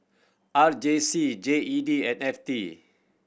R J C J E D and F T